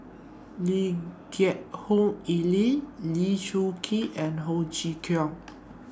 Lee Geck Hoon Ellen Lee Choon Kee and Ho Chee Kong